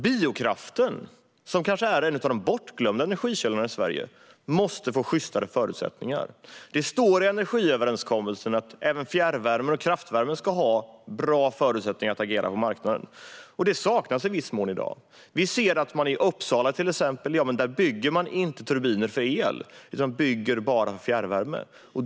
Biokraften, som är en av de bortglömda energikällorna i Sverige, måste få sjystare förutsättningar. Det står i energiöverenskommelsen att även fjärrvärme och kraftvärme ska ha bra förutsättningar att agera på marknaden. Detta saknas i viss mån i dag. I exempelvis Uppsala bygger man inte turbiner för el, utan man bygger bara för fjärrvärme.